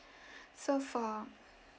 so for